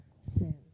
sin